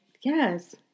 Yes